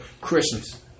Christmas